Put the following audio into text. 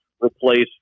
replace